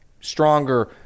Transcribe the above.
stronger